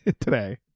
today